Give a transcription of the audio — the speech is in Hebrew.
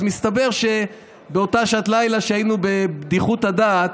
אז מסתבר שבאותה שעת לילה, כשהיינו בבדיחות הדעת,